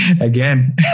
Again